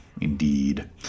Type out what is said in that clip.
indeed